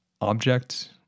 object